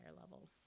level